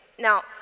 Now